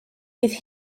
bydd